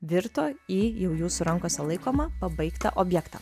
virto į jau jūsų rankose laikomą pabaigtą objektą